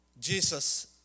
Jesus